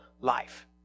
life